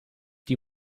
die